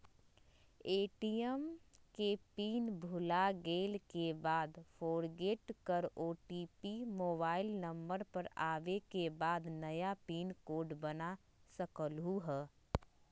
ATM के pin भुलागेल के बाद फोरगेट कर ओ.टी.पी मोबाइल नंबर पर आवे के बाद नया पिन कोड बना सकलहु ह?